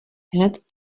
hned